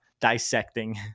dissecting